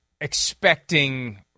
expecting –